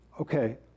okay